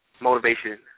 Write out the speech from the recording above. Motivation